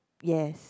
yes